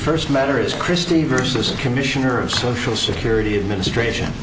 first matter is christie versus the commissioner of social security administration